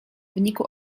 wyniku